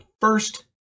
first